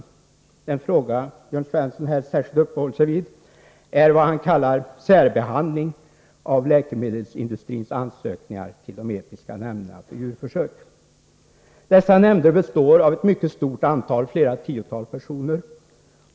Den fråga Jörn Svensson här särskilt uppehåller sig vid är vad han kallar särbehandling av läkemedelsindustrins ansökningar till de etiska nämnderna för djurförsök. Dessa nämnder består av ett mycket stort antal — flera tiotal — personer.